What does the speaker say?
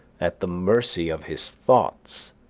at the mercy of his thoughts,